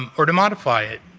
um or to modify it.